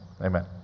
amen